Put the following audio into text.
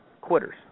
quitters